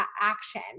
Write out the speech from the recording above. action